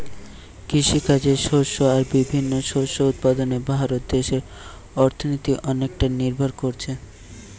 কৃষিকাজের শস্য আর বিভিন্ন শস্য উৎপাদনে ভারত দেশের অর্থনীতি অনেকটা নির্ভর কোরছে